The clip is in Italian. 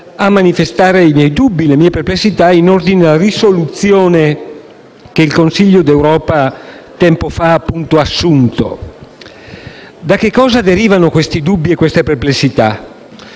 a manifestare i miei dubbi e le mie perplessità in ordine alla risoluzione che appunto il Consiglio d'Europa tempo fa ha assunto. Da cosa derivano questi dubbi e queste perplessità?